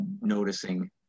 noticing